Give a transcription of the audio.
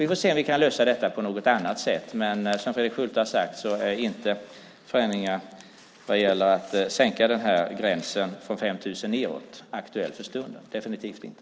Vi får se om vi kan lösa detta på något annat sätt, men som Fredrik Schulte har sagt är inte förändringar vad gäller att sänka denna gräns från 5 000 aktuella för stunden, definitivt inte.